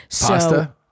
Pasta